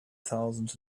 thousand